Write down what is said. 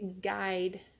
guide